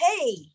hey